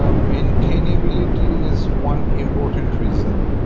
um maintainability is one important reason.